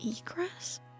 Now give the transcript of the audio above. egress